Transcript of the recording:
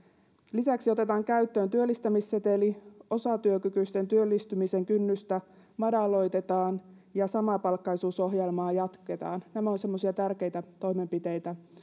lisäksi otetaan käyttöön työllistämisseteli osatyökykyisten työllistymisen kynnystä madalloitetaan ja samapalkkaisuusohjelmaa jatketaan nämä ovat semmoisia tärkeitä toimenpiteitä